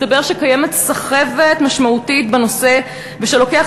מסתבר שקיימת סחבת משמעותית בנושא ושלוקח